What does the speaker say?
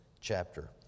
chapter